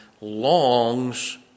longs